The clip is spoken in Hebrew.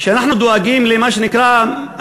שאנחנו דואגים למה שנקרא,